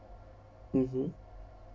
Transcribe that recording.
mmhmm